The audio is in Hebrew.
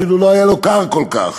אפילו לא היה לו קר כל כך.